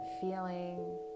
feeling